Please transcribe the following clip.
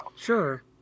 Sure